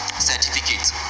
certificate